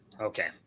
Okay